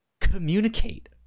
communicate